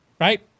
right